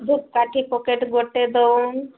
ଧୂପକାଠି ପ୍ୟାକେଟ୍ ଗୋଟେ ଦେଉନ